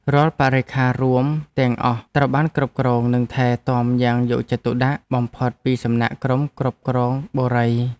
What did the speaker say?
រាល់បរិក្ខាររួមទាំងអស់ត្រូវបានគ្រប់គ្រងនិងថែទាំយ៉ាងយកចិត្តទុកដាក់បំផុតពីសំណាក់ក្រុមគ្រប់គ្រងបុរី។